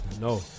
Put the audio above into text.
No